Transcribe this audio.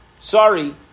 Sorry